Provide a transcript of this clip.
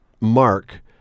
mark